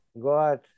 God